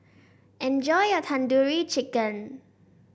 enjoy your Tandoori Chicken